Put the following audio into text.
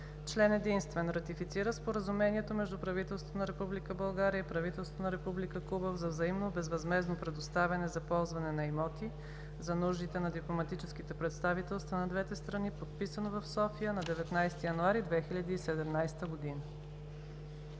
Член единствен. Ратифицира Споразумението между правителството на Република България и правителството на Република Куба за взаимно безвъзмездно предоставяне за ползване на имоти за нуждите на дипломатическите представителства на двете страни, подписано в София на 19 януари 2017 г.“